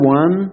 one